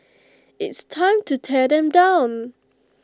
it's time to tear them down